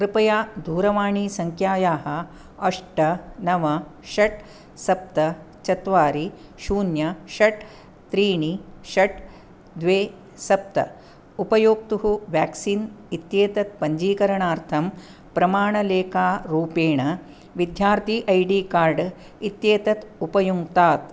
कृपया दूरवाणीसङ्ख्यायाः अष्ट नव षट् सप्त चत्वारि शून्य षट् त्रीणि षट् द्वे सप्त उपयोक्तुः वेक्सिन् इत्येतत् पञ्जीकरणार्थं प्रमाणलेखारूपेण विद्यार्थी ऐ डी कार्ड् इत्येतत् उपयुङ्क्तात्